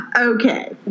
Okay